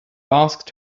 asked